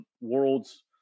world's